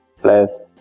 plus